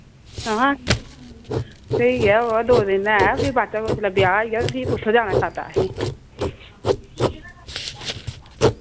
हां स्हेई ऐ उय्यै दो दिन ऐ फिर बाद चै जुसलै ब्याह् आइया ते फ्ही कुत्थै जान साद्दा असें